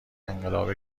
انقلاب